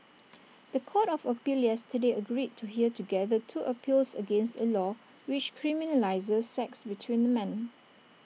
The Court of appeal yesterday agreed to hear together two appeals against A law which criminalises sex between men